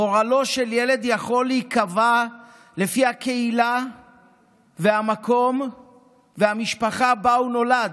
גורלו של ילד יכול להיקבע לפי הקהילה והמקום והמשפחה שבהם הוא נולד.